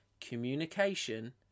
Communication